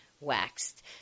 waxed